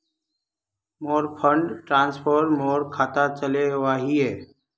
मोर fund transfer मोर खातात चले वहिये